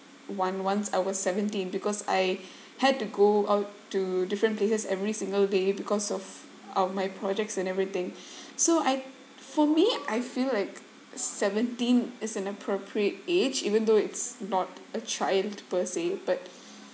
one once I was seventeen because I had to go out to different places every single day because of of my projects and everything so I for me I feel like seventeen is an appropriate age even though it's not a triumph per se but